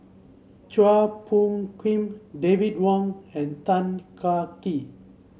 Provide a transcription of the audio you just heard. Chua Phung Kim David Wong and Tan Kah Kee